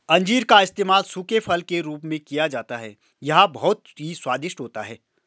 अंजीर का इस्तेमाल सूखे फल के रूप में किया जाता है यह बहुत ही स्वादिष्ट होता है